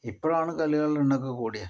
ഇപ്പോഴാണ് കളികളുടെ എണ്ണം ഒക്കെ കൂടിയത്